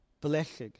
Blessed